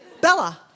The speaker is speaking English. Bella